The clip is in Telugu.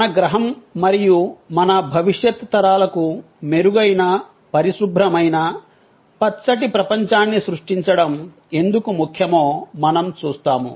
మన గ్రహం మరియు మన భవిష్యత్ తరాలకు మెరుగైన పరిశుభ్రమైన పచ్చటి ప్రపంచాన్ని సృష్టించడం ఎందుకు ముఖ్యమో మనం చూస్తాము